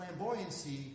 flamboyancy